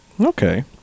Okay